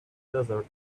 desert